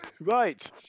right